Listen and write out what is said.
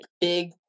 Big